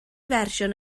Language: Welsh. fersiwn